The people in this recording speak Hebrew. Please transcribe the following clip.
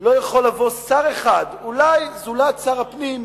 לא יכול לבוא שר אחד, אולי זולת שר הפנים,